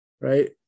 right